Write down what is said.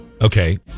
Okay